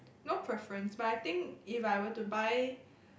no preference but I think if I were to buy erm